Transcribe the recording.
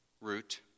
root